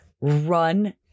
run